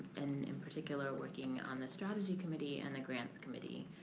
and, in particular, working on the strategy committee and the grants committee,